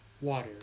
water